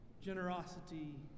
Generosity